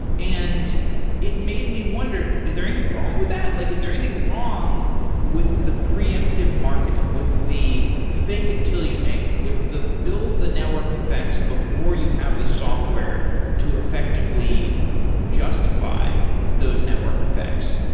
and it made me wonder, is there anything wrong with that? like is there anything wrong with the pre emptive marketing, with the fake it till you make it, with the build the network effects before you have the software to effectively justify those network effects?